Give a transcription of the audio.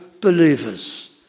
believers